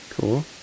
Cool